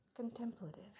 Contemplative